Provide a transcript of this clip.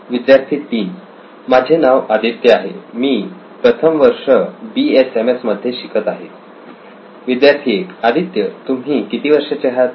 विद्यार्थी 3 माझे नाव आदित्य आहे मी प्रथम वर्ष BSMS मध्ये शिकत आहे विद्यार्थी 1 आदित्य तुम्ही किती वर्षाचे आहात